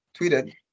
tweeted